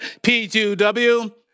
P2W